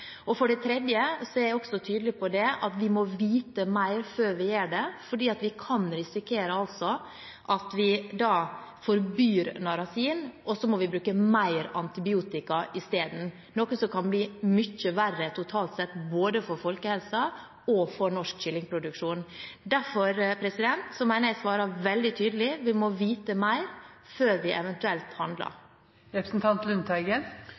og for det tredje er jeg også tydelig på at vi må vite mer før vi gjør det, fordi vi kan risikere, om vi forbyr narasin, at vi må bruke mer antibiotika isteden, noe som kan bli mye verre totalt sett, både for folkehelsen og for norsk kyllingproduksjon. Derfor mener jeg at jeg svarte veldig tydelig. Vi må vite mer før vi eventuelt